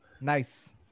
Nice